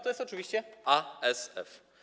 To jest oczywiście ASF.